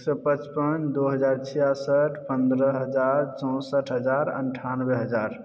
एक सए पचपन दू हजार छियासठ पंद्रह हज़ार चौसठ हजार अनठानबे हजार